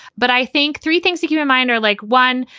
but i think three things to keep in mind are like, one,